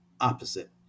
opposite